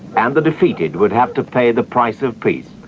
and the defeated would have to pay the price of peace.